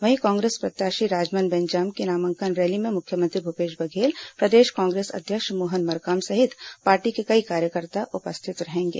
वहीं कांग्रेस प्रत्याशी राजमन बेंजाम की नामांकन रैली में मुख्यमंत्री भूपेश बघेल प्रदेश कांग्रेस अध्यक्ष मोहन मरकाम सहित पार्टी के कई कार्यकर्ता उपस्थित रहेंगे